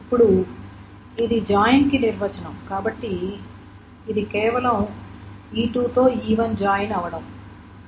ఇప్పుడు ఇది జాయిన్ కి నిర్వచనం కాబట్టి ఇది కేవలం E2 తో E1 జాయిన్ అవ్వటం